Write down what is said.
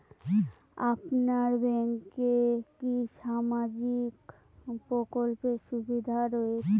আপনার ব্যাংকে কি সামাজিক প্রকল্পের সুবিধা রয়েছে?